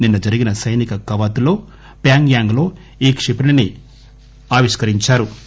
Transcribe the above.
నిన్న జరిగిన సైనిక కవాతులో ప్యోంగ్ యాంగ్ ఈ కిపణిని ఆవిష్కరించింది